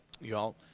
y'all